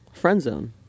Friendzone